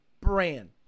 brand